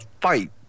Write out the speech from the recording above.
fight